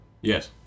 Yes